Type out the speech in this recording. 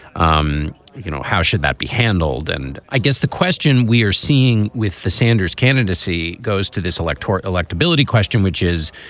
um you know, how should that be handled? and i guess the question we are seeing with the sanders candidacy goes to this electorate electability question, which is,